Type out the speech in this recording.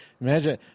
Imagine